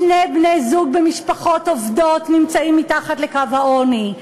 שני בני-הזוג עובדים והמשפחות שלהם מתחת לקו העוני,